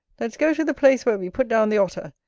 let's go to the place where we put down the otter.